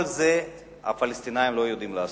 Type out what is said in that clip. את כל זה הפלסטינים לא יודעים לעשות.